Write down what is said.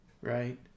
right